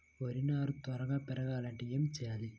వరి నారు త్వరగా పెరగాలంటే ఏమి చెయ్యాలి?